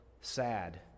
sad